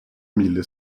mille